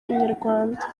inyarwanda